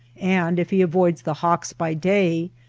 and if he avoids the hawks by day,